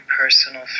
personal